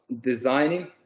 designing